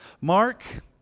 Mark